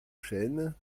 chênes